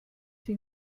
sie